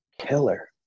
killer